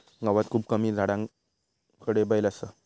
गावात खूप कमी जणांकडे बैल असा